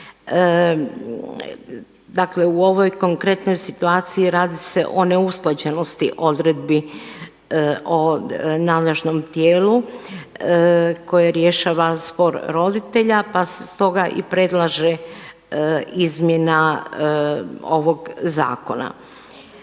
Dakle u ovoj konkretnoj situaciji radi se o neusklađenosti odredbi o nadležnom tijelu koje rješava spor roditelja, pa se stoga i predlaže izmjena ovog zakona.